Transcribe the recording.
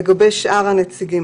לגבי שאר הנציגים,